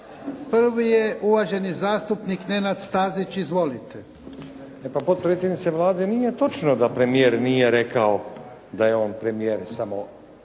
Prvi je uvaženi zastupnik Nenad Stazić. Izvolite. **Stazić, Nenad (SDP)** E potpredsjednice Vlade, nije točno da premijer nije rekao da je on premijer samo